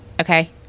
okay